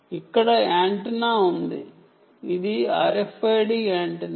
ఇక్కడ యాంటెన్నా ఉంది ఇది RFID యాంటెన్నా